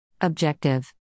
Objective